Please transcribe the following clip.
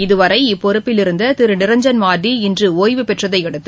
இதுவரை இப்பொறுப்பிலிருந்த திரு நிரஞ்சன் மார்டி இன்று ஒய்வு பெற்றதை அடுத்து